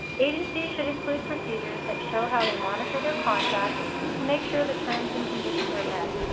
agencies should include procedures that show how they monitor their contracts to make sure the terms and conditions are met.